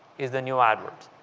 is the new ah adwords,